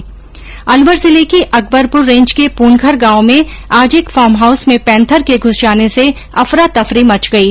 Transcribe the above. ् अलवर जिले की अकबरपुर रेंज के पूनखर गांव में आज एक फार्म हाऊस में पैंथर के घूस जाने से अफरा तफरी मच गयी